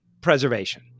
preservation